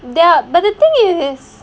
there are but the thing is